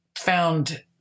found